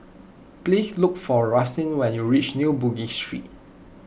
please look for Rustin when you reach New Bugis Street